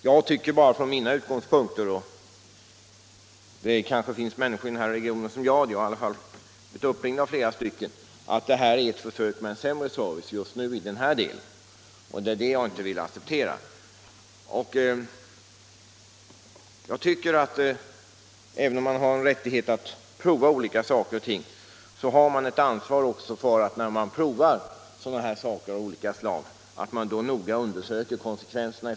Jag tycker bara från mina utgångspunkter — det kanske finns många människor i den här regionen som tycker likadant som jag, jag har i varje fall blivit uppringd av flera stycken — att den åtgärd som nu har vidtagits är ett försök med sämre service. Det är detta som jag inte vill acceptera. Även om man har rätt att pröva olika ting måste man i förväg noga undersöka konsekvenserna.